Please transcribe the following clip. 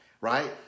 right